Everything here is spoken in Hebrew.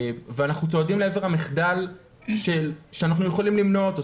ואנחנו צועדים לעבר המחדל שאנחנו יכולים למנוע אותו.